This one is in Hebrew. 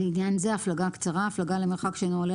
לעניין זה "הפלגה קצרה" הפלגה למרחק שאינו עולה